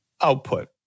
output